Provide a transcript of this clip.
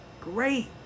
Great